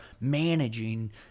managing